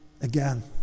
Again